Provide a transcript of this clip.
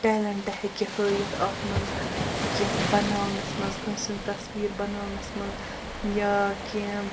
talent ہیٚکہِ ہٲیِتھ اَتھ منٛز کیٚنٛہہ بَناونَس منٛز کٲنٛسہِ ہنٛز تصویٖر بَناونَس منٛز یا کیٚنٛہہ